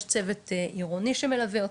יש צוות עירוני שמלווה אותם,